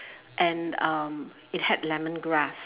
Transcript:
and um it had lemongrass